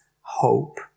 hope